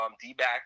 d-back